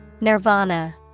Nirvana